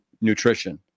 nutrition